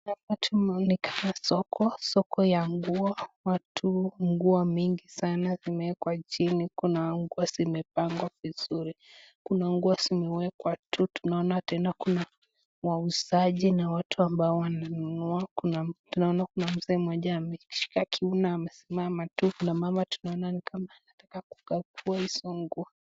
Hapa tumeonekana soko, soko ya nguo , watu nguo mingi sana zimeekwa chini kuna nguo zimepangwa vizuri, kuna nguo zimewekwa tu. Tunaona tena kuna wauzaji na watu ambao wana nunua kuna tunaona kuna mzee mmoja amejishika kiuno amesimama tu. Kuna mama tunaona ni kama anataka kagua hizo nguo.